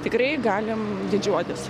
tikrai galim didžiuotis